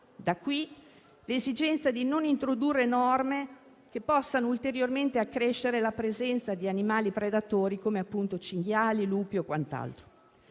Da qui l'esigenza di non introdurre norme che possano ulteriormente accrescere la presenza di animali predatori, come cinghiali, lupi o quant'altro.